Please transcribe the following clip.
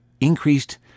increased